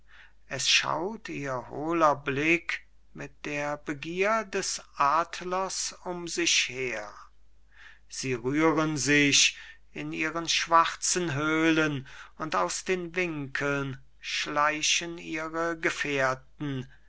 es schaut ihr hohler blick mit der begier des adlers um sich her sie rühren sich in ihren schwarzen höhlen und aus den winkeln schleichen ihre gefährten